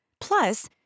Plus